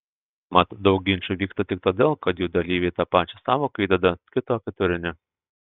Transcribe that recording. mat daug ginčų vyksta tik todėl kad jų dalyviai į tą pačią sąvoką įdeda kitokį turinį